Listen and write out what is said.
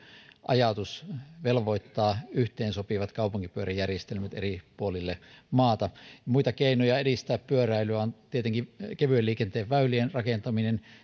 ajatus velvoittaa yhteensopivat kaupunkipyöräjärjestelmät eri puolille maata muita keinoja edistää pyöräilyä ovat tietenkin kevyen liikenteen väylien rakentaminen ja